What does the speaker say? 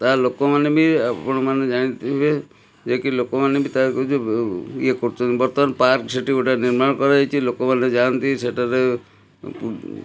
ତାହା ଲୋକମାନେ ବି ଆପଣମାନେ ଜାଣିଥିବେ ଯାହାକି ଲୋକମାନେ ବି ତାହାକୁ ଯେଉଁ ଇଏ କରୁଛନ୍ତି ବର୍ତ୍ତମାନ ପାର୍କ ସେଇଠି ଗୋଟେ ନିର୍ମାଣ କରାଯାଇଛି ଲୋକମାନେ ଯାଆନ୍ତି ସେଠାରେ